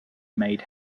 made